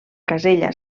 casella